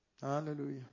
Hallelujah